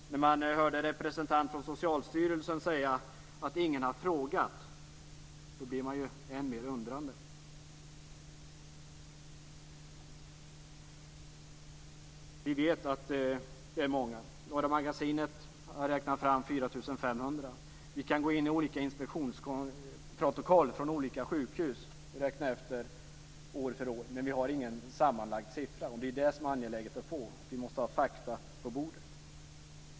När man hörde en representant från Socialstyrelsen säga att ingen har frågat, blev man ju än mer undrande. Vi vet att det rör sig om många fall. Norra Magasinet har räknat fram 4 500. Vi kan gå in i inspektionsprotokoll från olika sjukhus och räkna efter år för år. Men vi har ingen sammanlagd siffra. Det är det som är angeläget att få. Vi måste ha fakta på bordet.